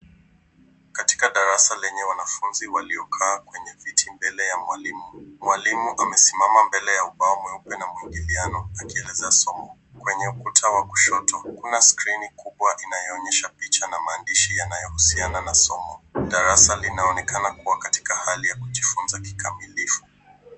Katika darasa lenye wanafunzi wwaliokaa kwenye viti mbele ya mwalimu. Mwalimu amesimama mbele ya ubao mweupe na mwingiliano akielezea masomo. Kwenye ukuta wa kushoto, kuna skrini kubwa inayoonyesha picha na maandishi yanayohusiana na somo. Darasa linaonekana kuwa katika hali ya kujifunza kikamilifu.